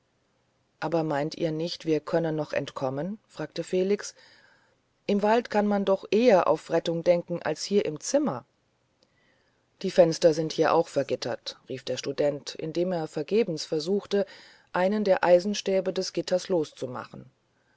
aber meint ihr nicht wir könnten noch entkommen fragte felix im wald kann man doch eher auf rettung denken als hier im zimmer die fenster sind auch hier vergittert rief der student indem er vergebens versuchte einen der eisenstäbe des gitters loszumachen